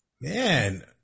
Man